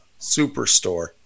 superstore